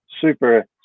super